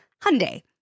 Hyundai